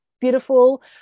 beautiful